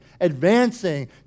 advancing